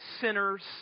sinners